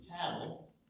cattle